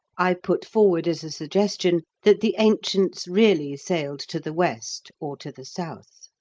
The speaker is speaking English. i put forward as a suggestion that the ancients really sailed to the west or to the south.